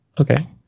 Okay